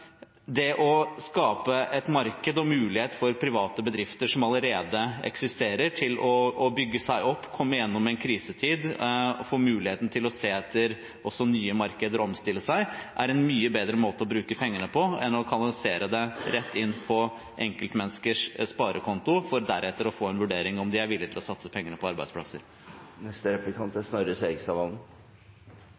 det å skape et marked og mulighet for private bedrifter som allerede eksisterer, til å bygge seg opp, komme gjennom en krisetid, få muligheten til å se etter nye markeder og omstille seg, er en mye bedre måte å bruke pengene på enn å kanalisere det rett inn på enkeltmenneskers sparekonto, for deretter å få en vurdering av om de er villig til å satse pengene på arbeidsplasser.